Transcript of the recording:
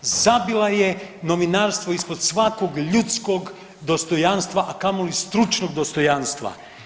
Zabila je novinarstvo ispod svakog ljudskog dostojanstva, a kamoli stručnog dostojanstva.